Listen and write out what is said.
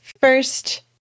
first